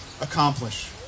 accomplish